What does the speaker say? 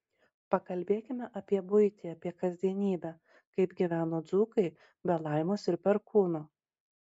pakalbėkime apie buitį apie kasdienybę kaip gyveno dzūkai be laimos ir perkūno